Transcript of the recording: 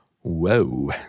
Whoa